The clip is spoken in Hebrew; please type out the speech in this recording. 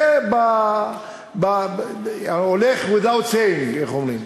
זה הולך without saying, איך שאומרים.